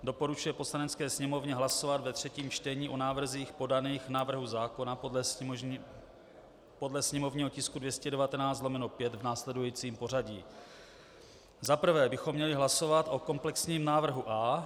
Doporučuje Poslanecké sněmovně hlasovat ve třetím čtení o návrzích podaných k návrhu zákona podle sněmovního tisku 219/5 v následujícím pořadí: Za prvé bychom měli hlasovat o komplexním návrhu A.